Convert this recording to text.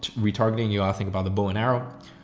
retargeting. you are, think about the bow and arrow.